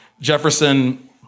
Jefferson